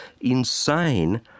insane